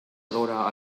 adora